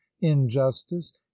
injustice